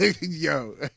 yo